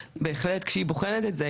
שבהחלט כשהיא בוחנת את זה,